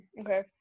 Okay